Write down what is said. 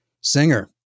singer